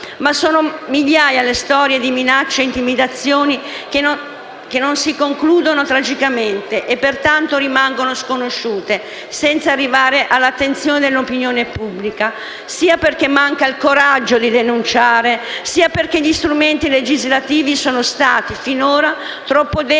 Ma sono migliaia le storie di minacce e intimidazioni che non si concludono tragicamente e, pertanto, rimangono sconosciute, senza arrivare all'attenzione dell'opinione pubblica, sia perché manca il coraggio di denunciare, sia perché gli strumenti legislativi sono stati, finora, troppo deboli